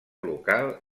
local